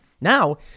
Now